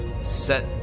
set